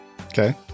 Okay